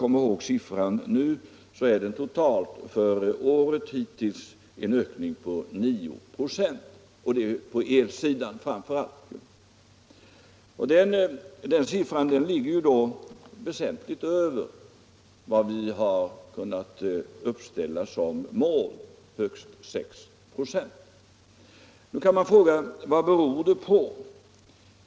Såvitt jag kommer ihåg är det totalt för året hittills en ökning på 9 9, framför allt på elsidan, och den siffran ligger ju väsentligt över vad vi uppställt som mål, nämligen högst 6 96. Nu kan man fråga: Vad beror det på?